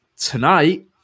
Tonight